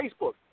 Facebook